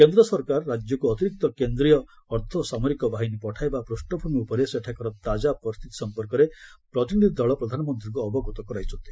କେନ୍ଦ୍ର ସରକାର ରାଜ୍ୟକ୍ତ ଅତିରିକ୍ତ କେନ୍ଦ୍ରୀୟ ଅର୍ଦ୍ଧସାମରିକ ବାହିନୀ ପଠାଇବା ପୃଷଭୂମି ଉପରେ ସେଠାକାର ତାଳା ପରିସ୍ଥିତି ସମ୍ପର୍କରେ ପ୍ରତିନିଧି ଦଳ ପ୍ରଧାନମନ୍ତ୍ରୀଙ୍କ ଅବଗତ କରାଇଛନ୍ତି